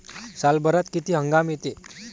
सालभरात किती हंगाम येते?